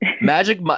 Magic